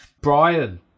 Brian